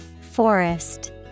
Forest